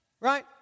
Right